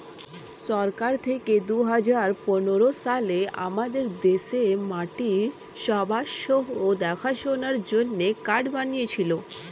সরকার থেকে দুহাজার পনেরো সালে আমাদের দেশে মাটির স্বাস্থ্য দেখাশোনার জন্যে কার্ড বানিয়েছিলো